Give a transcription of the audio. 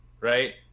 right